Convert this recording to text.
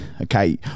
Okay